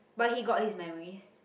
but he got his memories